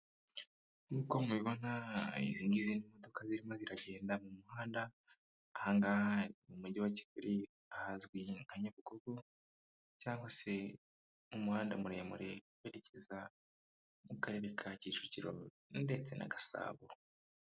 Nkuko mubibona izi ngizi ni imodoka zirimo ziragenda mu muhanda, aha ngaha ni mu mujyi wa Kigali ahazwi nka Nyabugogo cyangwa se umuhanda muremure werekeza mu karere ka Kicukiro ndetse na Gasabo.